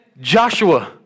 Joshua